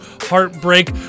heartbreak